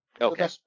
Okay